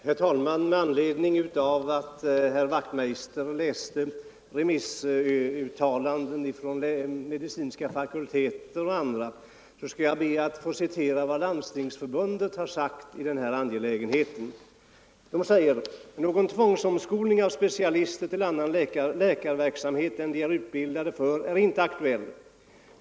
Herr talman! Med anledning av att herr Wachtmeister i Staffanstorp läste upp remissyttranden från bl.a. medicinska fakulteter skall jag be att få citera vad Landstingsförbundet har uttalat i denna angelägenhet: ”Någon tvångsomskolning av specialister till annan läkarverksamhet än de är utbildade för är inte aktuell.